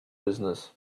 business